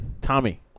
Tommy